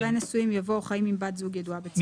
אחרי "נשואים" יבוא "או חיים עם בת זוג ידועה בציבור".